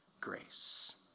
grace